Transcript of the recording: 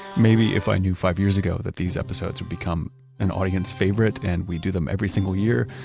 maybe if i knew five years ago that these episodes would become an audience favorite and we'd do them every single year,